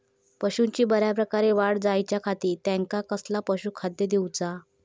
पशूंची बऱ्या प्रकारे वाढ जायच्या खाती त्यांका कसला पशुखाद्य दिऊचा?